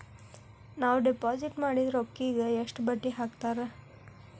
ನಾವು ಡಿಪಾಸಿಟ್ ಮಾಡಿದ ರೊಕ್ಕಿಗೆ ಎಷ್ಟು ಬಡ್ಡಿ ಹಾಕ್ತಾರಾ?